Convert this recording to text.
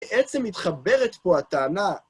בעצם מתחברת פה הטענה.